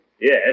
Yes